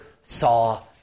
saw